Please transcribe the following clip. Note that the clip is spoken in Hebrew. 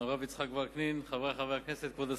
הרב יצחק וקנין, חברי חברי הכנסת, כבוד השרים,